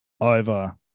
over